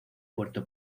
puerto